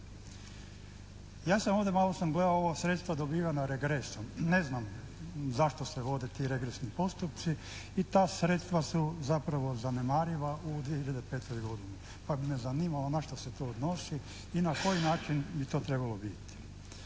Ja sam ovdje malo gledao ova sredstva dobivena regresom. Ne znam zašto se vode ti regresni postupci i ta sredstva su zapravo zanemariva u 2005. godini pa bi me zanimalo na što se to odnosi i na koji način bi to trebalo biti.